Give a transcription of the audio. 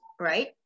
Right